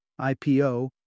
IPO